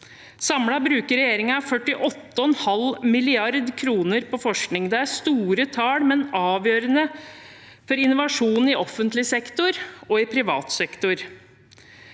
Samlet bruker regjeringen 48,5 mrd. kr på forskning. Det er store tall, men avgjørende for innovasjon i offentlig og privat sektor.